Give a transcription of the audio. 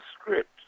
script